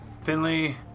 Finley